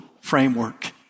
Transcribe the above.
framework